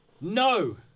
No